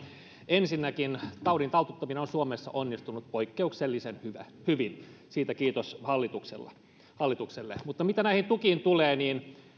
ensinnäkin taudin taltuttaminen on suomessa onnistunut poikkeuksellisen hyvin siitä kiitos hallitukselle mutta mitä näihin tukiin tulee niin